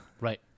Right